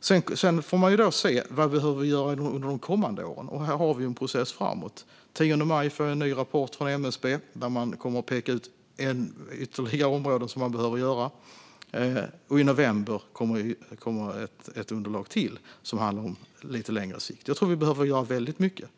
Sedan får vi se vad som behöver göras under de kommande åren. Här har vi en process framöver. Den 10 maj får jag en ny rapport från MSB, där man kommer att peka ut ytterligare områden där saker behöver göras, och i november kommer ännu ett underlag som gäller på lite längre sikt. Jag tror att vi behöver göra väldigt mycket.